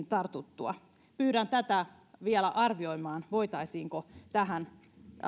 tartuttua pyydän tätä vielä arvioimaan voitaisiinko tähän